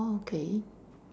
orh okay